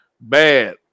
Bad